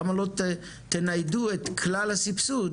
למה לא תניידו את כלל הסבסוד